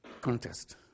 contest